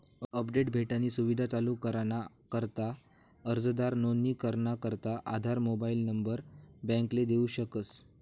update भेटानी सुविधा चालू कराना करता अर्जदार नोंदणी कराना करता आधार मोबाईल नंबर बॅकले देऊ शकस